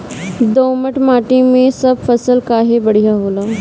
दोमट माटी मै सब फसल काहे बढ़िया होला?